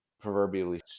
proverbially